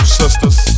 sisters